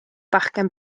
fachgen